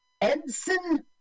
Edson